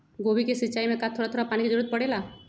गोभी के सिचाई में का थोड़ा थोड़ा पानी के जरूरत परे ला?